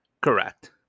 correct